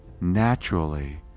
naturally